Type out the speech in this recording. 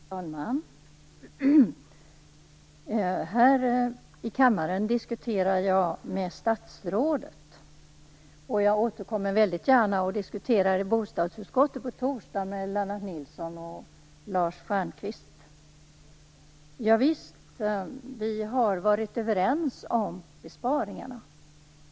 Fru talman! Här i kammaren diskuterar jag med statsrådet. Jag återkommer väldigt gärna och diskuterar i bostadsutskottet på torsdag med Lennart Nilsson och Lars Stjernkvist. Ja visst - vi har varit överens om besparingarna.